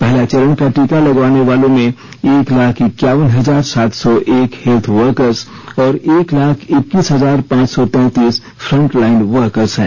पहला चरण का टीका लगवाने वालों में एक लाख इक्यावन हजार सात सौ एक हेल्थ वर्कर्स और एक लाख इक्कीस हजार पांच सौ तैंतीस फ्रंटलाइन वर्कर्स हैं